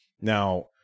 Now